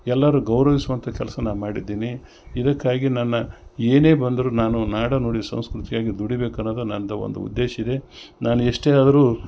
ಎಲ್ಲಾರು ಗೌರವಿಸುವಂಥ ಕೆಲಸವನ್ನ ನಾನು ಮಾಡಿದ್ದೀನಿ ಇದಕ್ಕಾಗಿ ನಾನ ಏನೇ ಬಂದರೂ ನಾನು ನಾಡನುಡಿ ಸಂಸ್ಕೃತಿಗಾಗಿ ದುಡಿಬೇಕು ಅನ್ನುದು ನಂದು ಒಂದು ಉದ್ದೇಶ ಇದೆ ನಾನು ಎಷ್ಟೇ ಆದರೂ